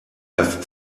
have